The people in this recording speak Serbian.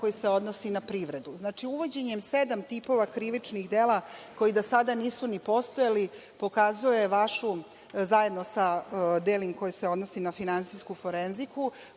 deo se odnosi na privredu. Znači, uvođenje sedam tipova krivičnih dela koji do sada nisu postojali pokazuje, zajedno sa delom koji se odnosi na finansijsku forenziku,